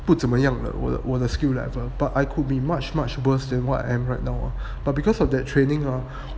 不怎么样了我我的 skill level but I could be much much worse than what I'm right now but because of that training err